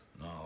No